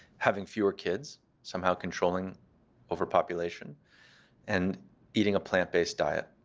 having fewer kids somehow controlling overpopulation and eating a plant based diet.